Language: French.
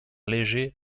légers